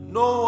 no